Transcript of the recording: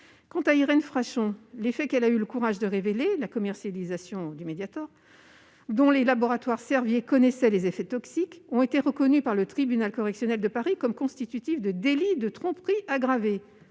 Quant à Irène Frachon, les faits qu'elle a eu le courage de révéler concernant la commercialisation du Mediator, dont les laboratoires Servier connaissaient les effets toxiques, ont été reconnus par le tribunal correctionnel de Paris comme constitutifs des délits de tromperie aggravée,